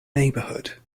neighborhood